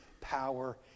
power